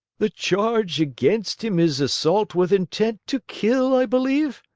the charge against him is assault with intent to kill, i believe?